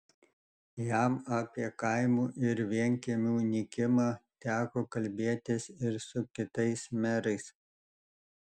jam apie kaimų ir vienkiemių nykimą teko kalbėtis ir su kitais merais